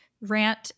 Rant